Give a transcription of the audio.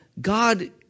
God